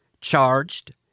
charged